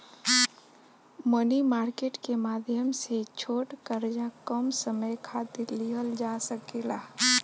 मनी market के माध्यम से छोट कर्जा कम समय खातिर लिहल जा सकेला